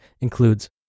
includes